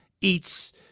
eats